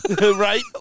right